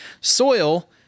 Soil